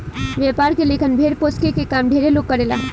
व्यापार के लेखन भेड़ पोसके के काम ढेरे लोग करेला